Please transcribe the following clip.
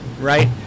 right